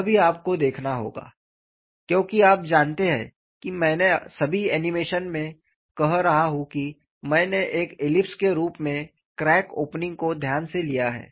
यह भी आपको देखना होगा क्योंकि आप जानते हैं कि मैं अपने सभी एनिमेशन में कह रहा हूं कि मैंने एक ईलिप्स के रूप में क्रैक ओपनिंग को ध्यान से लिया है